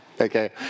Okay